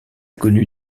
connu